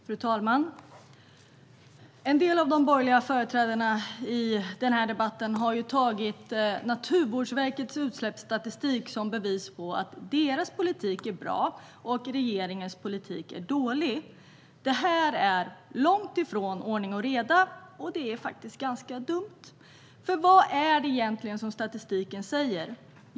Fru talman! En del av de borgerliga företrädarna har i denna debatt tagit Naturvårdsverkets utsläppsstatistik som bevis på att deras politik är bra och att regeringens politik är dålig. Detta är långt ifrån ordning och reda, och det är faktiskt ganska dumt. För vad säger egentligen statistiken?